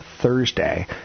Thursday